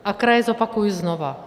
A kraje zopakuji znova.